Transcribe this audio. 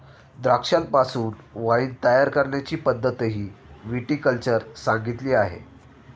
द्राक्षांपासून वाइन तयार करण्याची पद्धतही विटी कल्चर सांगितली आहे